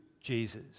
Jesus